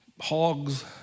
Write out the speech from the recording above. hogs